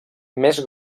més